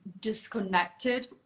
disconnected